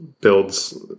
builds